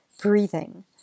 breathing